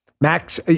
Max